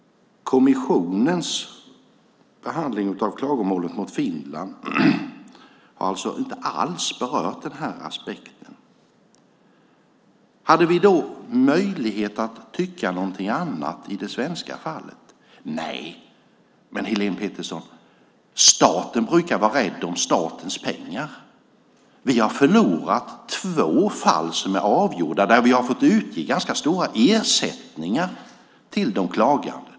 Kommissionens behandling av klagomålet mot Finland har alltså inte alls berört den här aspekten. Hade vi då möjlighet att tycka någonting annat i det svenska fallet? Nej. Men, Helén Pettersson! Staten brukar vara rädd om statens pengar. Vi har förlorat två fall som är avgjorda där vi har fått utge ganska stora ersättningar till de klagande.